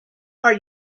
are